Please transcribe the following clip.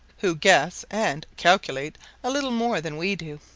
who guess and calculate a little more than we do.